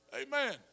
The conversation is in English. Amen